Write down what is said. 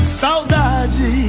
saudade